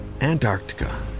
Antarctica